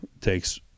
takes